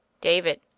David